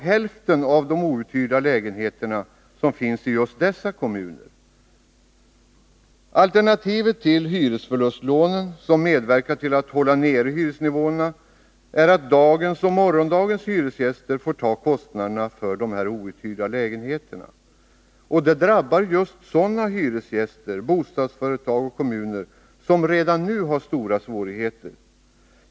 Hälften av de outhyrda lägenheterna finns just i dessa kommuner. Alternativet till hyresförlustlånen, som medverkat till att hålla nere hyresnivåerna, är att dagens och morgondagens hyresgäster får ta kostnaderna för outhyrda lägenheter. Det drabbar sådana hyresgäster, bostadsföretag och kommuner som redan nu har stora svårigheter.